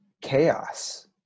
chaos